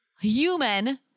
human